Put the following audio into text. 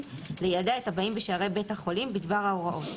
ליידע את הבאים בשערי בית החולים בדבר ההוראות.